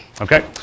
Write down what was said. Okay